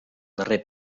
darrer